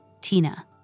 Tina